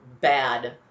bad